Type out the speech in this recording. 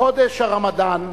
חודש הרמדאן,